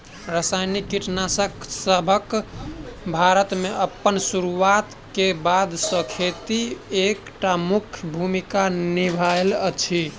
रासायनिक कीटनासकसब भारत मे अप्पन सुरुआत क बाद सँ खेती मे एक टा मुख्य भूमिका निभायल अछि